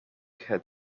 had